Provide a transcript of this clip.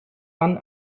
man